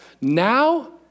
now